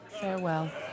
farewell